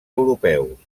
europeus